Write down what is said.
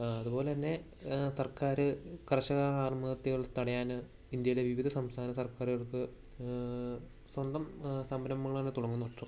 അതുപോലെ തന്നെ സർക്കാർ കർഷക ആത്മഹത്യകൾ തടയാൻ ഇന്ത്യയിലെ വിവിധ സംസ്ഥാന സർക്കാറുകൾക്ക് സ്വന്തം സംരംഭങ്ങൾ തന്നെ തുടങ്ങുന്നുണ്ട്